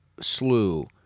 slew